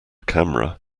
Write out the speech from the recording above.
camera